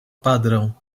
padrão